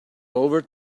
over